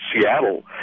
Seattle